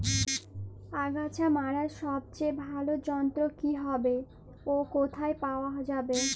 আগাছা মারার সবচেয়ে ভালো যন্ত্র কি হবে ও কোথায় পাওয়া যাবে?